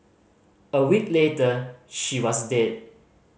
a week later she was dead